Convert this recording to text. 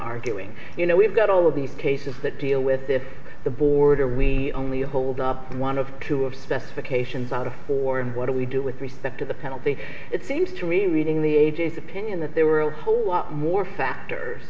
arguing you know we've got all of these cases that deal with this the border we only hold up one of two of specification out of four and what do we do with respect to the penalty it seems to really reading the ages opinion that there were a whole lot more factors